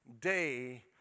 day